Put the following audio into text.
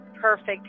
perfect